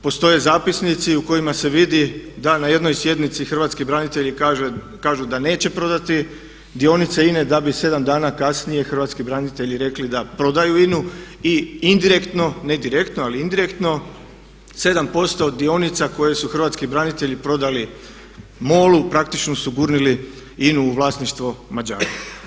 Postoje zapisnici u kojima se vidi da na jednoj sjednici hrvatski branitelji kažu da neće prodati dionice INA-e da bi 7 dana kasnije hrvatski branitelji rekli da prodaju INA-u i indirektno ne direktno ali indirektno 7% dionica koje su hrvatski branitelji prodali MOL-u praktično su gurnuli INA-u u vlasništvo Mađara.